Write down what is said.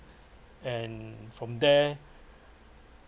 and from there